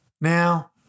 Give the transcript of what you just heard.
Now